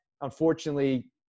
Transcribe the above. unfortunately